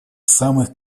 самых